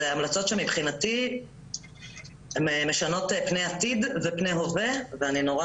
זה המלצות שמבחינתי הן משנות פני עתיד ופני הווה ואני נורא